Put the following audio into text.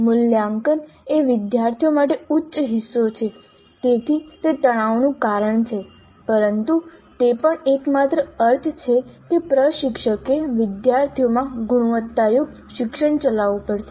મૂલ્યાંકન એ વિદ્યાર્થીઓ માટે ઉચ્ચ હિસ્સો છે તેથી તે તણાવનું કારણ છે પરંતુ તે પણ એકમાત્ર અર્થ છે કે પ્રશિક્ષકે વિદ્યાર્થીઓમાં ગુણવત્તાયુક્ત શિક્ષણ ચલાવવું પડશે